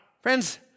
Friends